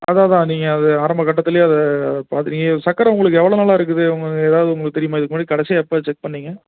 அதுதான் அதுதான் நீங்கள் அதை ஆரம்ப கட்டத்துலேயே அதை பார்த்து நீங்கள் சர்க்கர உங்களுக்கு எவ்வளோ நாளாக இருக்குது எதாவது உங்களுக்கு தெரியுமா இதுக்கு முன்னாடி கடைசியா எப்போ செக் பண்ணிங்க